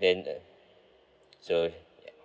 then uh so ya